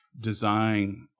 design